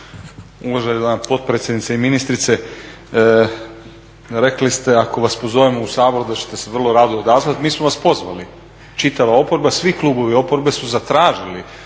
Uvažena potpredsjednice i ministrice. Rekli ste ako vas pozovemo u Sabor da ćete se vrlo rado odazvati, mi smo vas pozvali, čitava oporba, svi klubovi oporbe su zatražili